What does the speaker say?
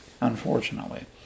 unfortunately